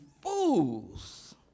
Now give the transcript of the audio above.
fools